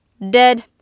Dead